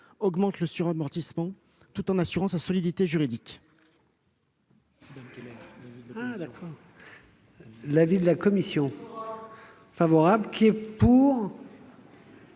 augmente le suramortissement, tout en assurant sa solidité juridique.